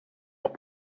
auch